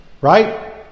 Right